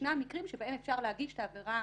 ישנם מקרים שבהם אפשר להגיש את העבירה